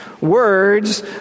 words